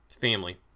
Family